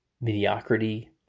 mediocrity